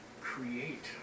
create